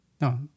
No